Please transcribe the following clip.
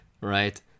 right